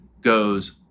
goes